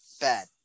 bad